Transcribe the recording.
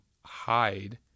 hide